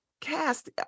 cast